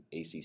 ACC